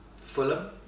Fulham